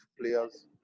players